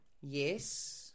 Yes